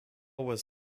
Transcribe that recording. was